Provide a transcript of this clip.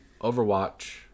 Overwatch